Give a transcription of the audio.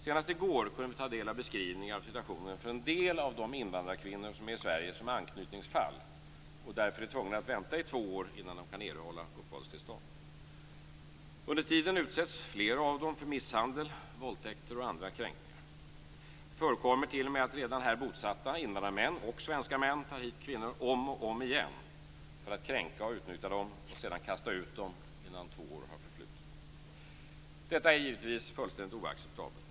Senast i går kunde vi ta del av beskrivningar av situationen för en del av de invandrarkvinnor som är i Sverige som anknytningsfall och därför är tvungna att vänta i två år innan de kan erhålla uppehållstillstånd. Under tiden utsätts flera av dem för misshandel, våldtäkter och andra kränkningar. Det förekommer t.o.m. att redan här bosatta invandrarmän och svenska män tar hit kvinnor om och om igen för att kränka och utnyttja dem och sedan kasta ut dem innan två år har förflutit. Detta är givetvis fullständigt oacceptabelt.